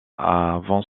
avant